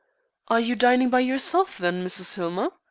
are you dining by yourself, then, mrs. hillmer?